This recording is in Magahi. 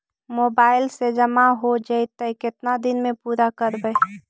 मोबाईल से जामा हो जैतय, केतना दिन में पुरा करबैय?